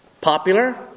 popular